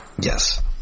Yes